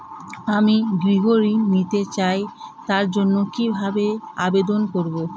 আমি গৃহ ঋণ নিতে চাই তার জন্য কিভাবে আবেদন করব?